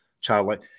childlike